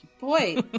boy